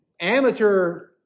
amateur